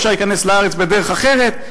ואפשר להיכנס לארץ בדרך אחרת,